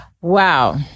Wow